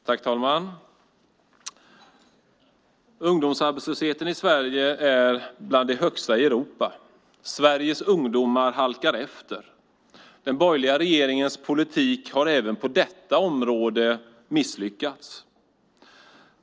Herr talman! Ungdomsarbetslösheten i Sverige är bland de högsta i Europa. Sveriges ungdomar halkar efter. Den borgerliga regeringens politik har även på detta område misslyckats.